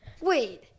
Wait